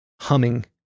humming